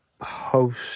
host